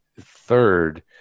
third